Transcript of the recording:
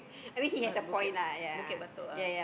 uh Bukit Bukit-Batok ah